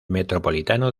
metropolitano